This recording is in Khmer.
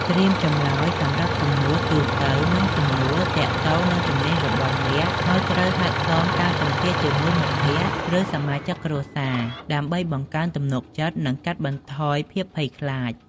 ត្រៀមចម្លើយសម្រាប់សំណួរទូទៅនិងសំណួរទាក់ទងនឹងជំនាញរបស់អ្នកហើយត្រូវហាត់សមការសម្ភាសន៍ជាមួយមិត្តភក្តិ ឬសមាជិកគ្រួសារ ដើម្បីបង្កើនទំនុកចិត្ត និងកាត់បន្ថយភាពភ័យខ្លាច។